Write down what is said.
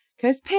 Cause